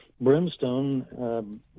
brimstone